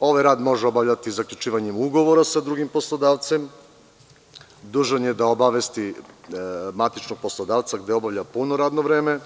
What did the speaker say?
Ovaj rad može obavljati zaključivanjem ugovora sa drugim poslodavcem, dužan je da obavesti matičnog poslodavca gde obavlja puno radno vreme,